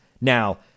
Now